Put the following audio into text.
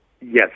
Yes